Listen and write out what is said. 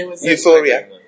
Euphoria